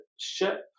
ship